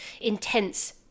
intense